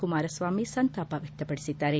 ಕುಮಾರಸ್ವಾಮಿ ಸಂತಾಪ ವ್ಯಕ್ತಪಡಿಸಿದ್ದಾರೆ